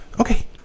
Okay